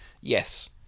Yes